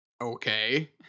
Okay